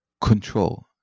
control